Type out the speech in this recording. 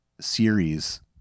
series